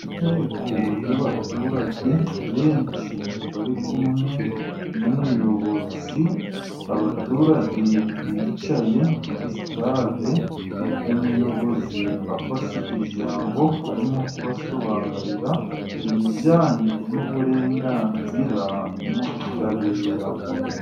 Inteko y'abaturage benshi bari kumwe n'umuyobozi. Abaturage bicaye muri sitade, umuyobozi afashe ijambo arimo kubasobanurira ibijyanye n'uburenganzira n'ubutabera.